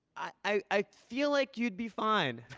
i feel like you'd be fine.